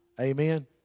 Amen